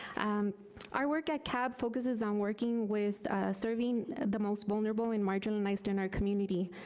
um our work at cab focuses on working with serving the most vulnerable and marginalized in our community,